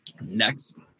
Next